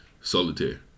Solitaire